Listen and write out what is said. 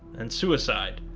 and suicide,